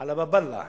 על הבאב אללה,